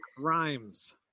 Rhymes